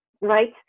right